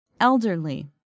Elderly